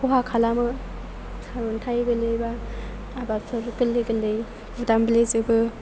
खहा खालामो सार'न्थाइ गोग्लैबा आबादफोर गोरलै गोरलै बुदामब्लेजोबो